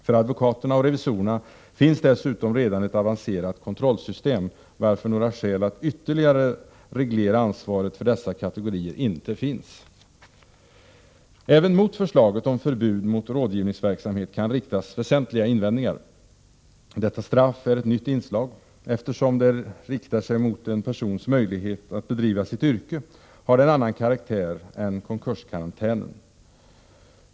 För advokaterna och revisorerna finns dessutom redan ett avancerat kontrollsystem, varför några skäl att ytterligare reglera ansvaret för dessa kategorier inte finns. Även mot förslaget om förbud mot rådgivningsverksamhet kan riktas väsentliga invändningar. Detta straff är ett nytt inslag. Eftersom det riktar sig mot en persons möjlighet att bedriva sitt yrke, har det en annan karaktär än ”konkurskarantänen”.